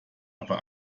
aber